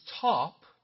top